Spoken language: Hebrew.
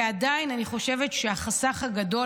ועדיין אני חושבת שהחסך הגדול,